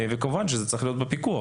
וכמובן שזה צריך להיות בפיקוח.